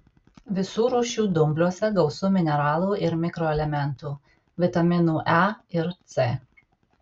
visų rūšių dumbliuose gausu mineralų ir mikroelementų vitaminų e ir c